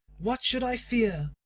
what should i fear?